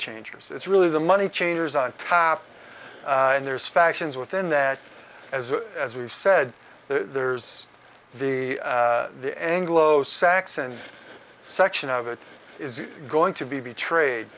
changers it's really the money changers on tap and there's factions within that as as we said there's the the anglo saxon section of it is going to be betrayed